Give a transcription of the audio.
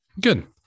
good